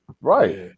Right